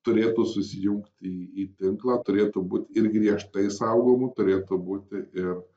turėtų susijungti į tinklą turėtų būt ir griežtai saugomų turėtų būti ir